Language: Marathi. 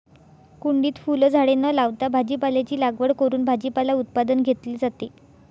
कुंडीत फुलझाडे न लावता भाजीपाल्याची लागवड करून भाजीपाला उत्पादन घेतले जाते